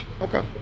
Okay